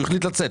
הוא החליט לצאת.